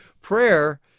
Prayer